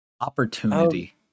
Opportunity